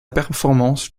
performance